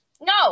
No